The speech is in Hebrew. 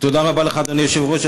תודה רבה לך, אדוני היושב-ראש.